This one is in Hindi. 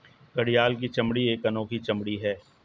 घड़ियाल की चमड़ी एक अनोखी चमड़ी है